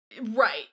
Right